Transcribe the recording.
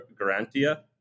Garantia